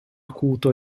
acuto